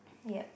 yup